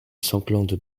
sanglante